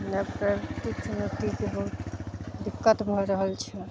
ने प्राइवेटिक चुनौतीके बहुत दिक्कत भऽ रहल छै